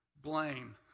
blame